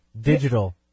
Digital